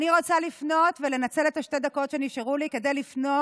עכשיו אני רוצה לנצל את שתי הדקות שנשארו לי כדי לפנות